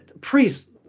priests